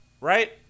right